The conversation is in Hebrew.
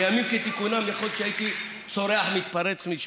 בימים כתיקונם יכול להיות שהייתי צורח, מתפרץ משם.